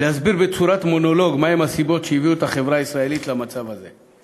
להסביר בצורת מונולוג מה הן הסיבות שהביאו את החברה הישראלית למצב הזה.